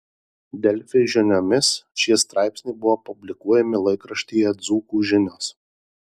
delfi žiniomis šie straipsniai buvo publikuojami laikraštyje dzūkų žinios